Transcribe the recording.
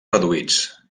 reduïts